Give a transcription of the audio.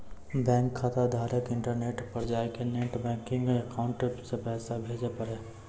bank खाताधारक internet पर जाय कै नेट बैंकिंग अकाउंट से पैसा भेजे पारै